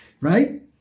Right